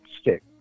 stick